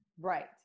right